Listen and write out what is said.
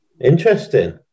Interesting